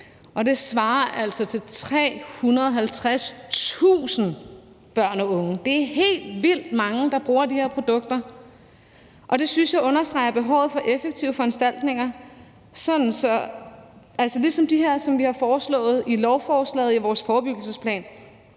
og det svarer altså til 350.000 børn og unge. Det er helt vildt mange, der bruger de her produkter, og det synes jeg understreger behovet for effektive foranstaltninger som dem, vi har foreslået i lovforslaget og i vores forebyggelsesplan,